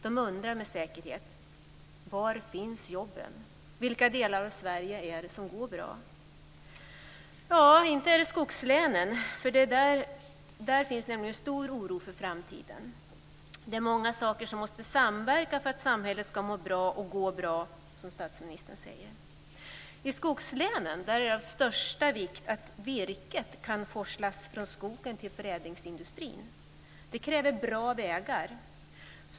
Med säkerhet undrar de: Var finns jobben? Vilka delar av Sverige är det som går bra? Ja, inte är det skogslänen, för där finns det en stor oro för framtiden. Det är många saker som måste samverka för att samhället ska må bra och "gå bra", som statsministern säger. I skogslänen är det av största vikt att virket kan forslas från skogen till förädlingsindustrin. Det kräver bra vägar.